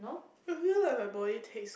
I feel like my body takes